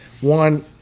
One